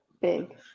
big